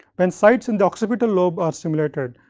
when sites in the occipital lobe are simulated,